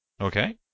Okay